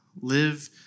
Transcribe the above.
live